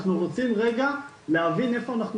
אנחנו רוצים רגע להבין איפה אנחנו